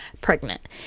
pregnant